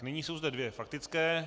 Nyní jsou zde dvě faktické.